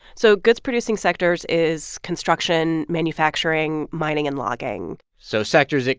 so goods-producing sectors is construction, manufacturing, mining and logging so sectors that,